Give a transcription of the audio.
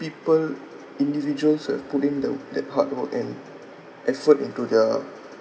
people individuals who have put in the that hard work and effort into their